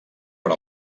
per